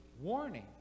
warning